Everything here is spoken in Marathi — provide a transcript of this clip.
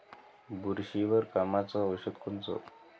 बुरशीवर कामाचं औषध कोनचं?